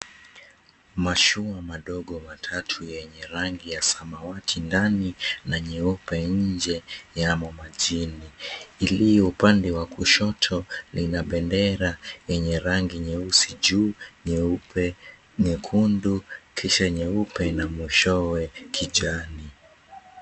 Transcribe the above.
Mashua madogo matatu yenye rangi ya samawati ndani na nyeupe nje yamo majini. Iliyo upande wa kushoto lina bendera yenye rangi nyeusi juu, nyeupe, nyekundu kisha nyeupe na mwishowe kijani.